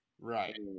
Right